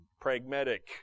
pragmatic